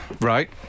Right